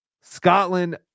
Scotland